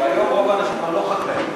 כי היום רוב האנשים כבר לא חקלאים.